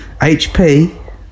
hp